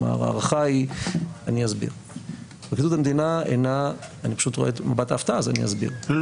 אני רואה את מבט ההפתעה, אז אני אסביר.